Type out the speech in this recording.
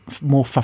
more